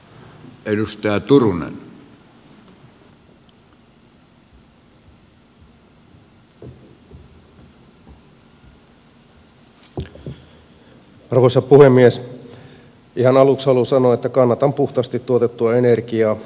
ihan aluksi haluan sanoa että kannatan puhtaasti tuotettua energiaa jota tuulienergiakin on